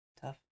Tough